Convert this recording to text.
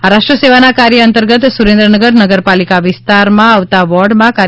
આ રાષ્ટ્રસેવાના કાર્ય અંતર્ગત સુરેન્દ્રનગર નગરપાલિકા વિસ્તારમાં આવતા વોર્ડમાં કાર્યક્રમ કર્યો